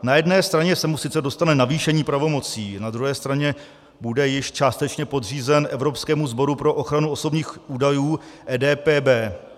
Na jedné straně se mu sice dostane navýšení pravomocí, na druhé straně bude již částečně podřízen Evropskému sboru pro ochranu osobních údajů, EDPB.